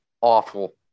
Awful